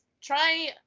try